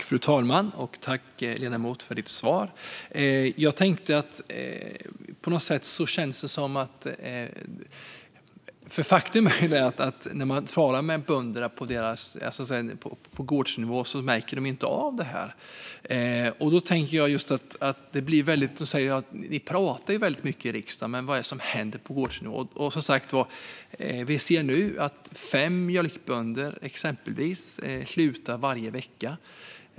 Fru talman! När man talar med bönder på gårdsnivå säger de att de inte märker av detta. De säger att vi i riksdagen pratar väldigt mycket, och de undrar vad som händer på gårdsnivå. Som sagt ser vi nu exempelvis att fem mjölkbönder slutar varje vecka.